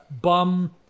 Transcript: Bum